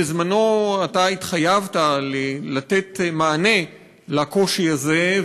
בזמנך אתה התחייבת לתת מענה לקושי הזה,